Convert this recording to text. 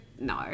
no